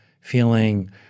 feeling